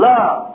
Love